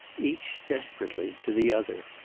each desperately to the other.